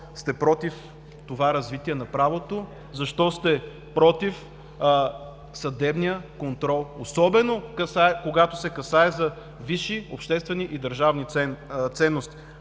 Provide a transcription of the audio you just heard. сте против това развитие на правото, защо сте против съдебния контрол, особено когато се касае за висши обществени и държавни ценности.